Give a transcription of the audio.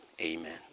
amen